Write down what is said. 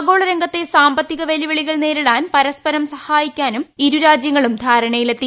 ആഗോള രംഗത്തെ സാമ്പത്തിക വെല്ലുവിളികൾ നേരിടാൻ പരസ്പരം സഹായിക്കാനും ഇരുരാജൃങ്ങളും ധാരണയിലെത്തി